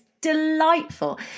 delightful